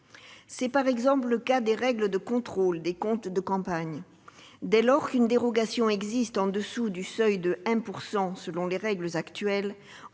C'est, par exemple, le cas des règles de contrôle des comptes de campagne. Dès lors qu'une dérogation existe au-dessous du seuil de 1 %, selon les règles actuelles,